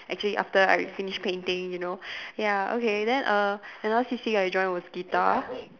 actually after I finish painting you know ya okay then err another C_C_A I join was guitar